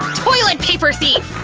toilet paper thief!